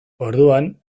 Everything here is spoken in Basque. orduan